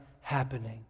happening